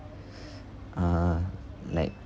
uh like